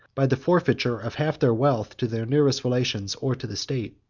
by the forfeiture of half their wealth to their nearest relations, or to the state.